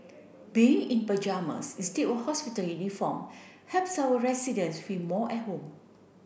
being in pyjamas instead of hospital uniform helps our residents feel more at home